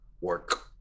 work